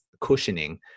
cushioning